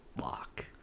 lock